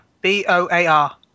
B-O-A-R